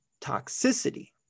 toxicity